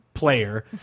Player